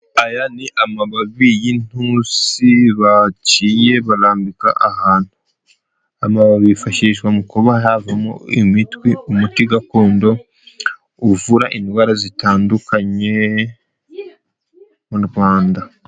Aya ni amababi y'inturusi baciye barambika ahantu, amababi yifashishwa mu kuba havamo umuti gakondo uvura indwara zitandukanye mu Rwanda.